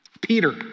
Peter